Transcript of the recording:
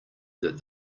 that